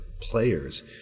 players